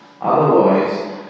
Otherwise